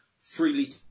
freely